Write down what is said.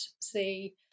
see